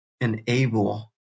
enable